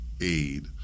aid